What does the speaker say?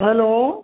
hello